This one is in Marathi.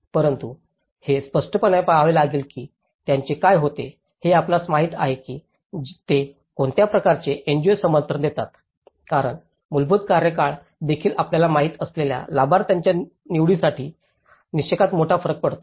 परंतु हे स्पष्टपणे पहावे लागेल की त्यांचे काय होते हे आपणास माहित आहे की ते कोणत्या प्रकारचे एनजीओ समर्थन देतात कारण मूलभूत कार्यकाळ देखील आपल्याला माहिती असलेल्या लाभार्थींच्या निवडीच्या निकषात मोठा फरक पडतो